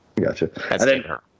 Gotcha